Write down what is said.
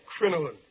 crinoline